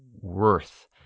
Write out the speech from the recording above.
worth